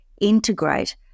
integrate